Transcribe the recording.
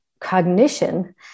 cognition